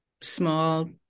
small